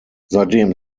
seitdem